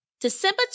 December